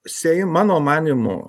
seim mano manymu